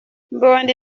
mbondi